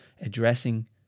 addressing